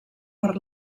per